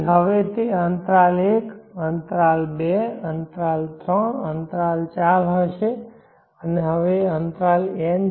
હવે તે અંતરાલ 1 અંતરાલ 2 અંતરાલ 3 અંતરાલ 4 હશે અને હવે આ અંતરાલ n છે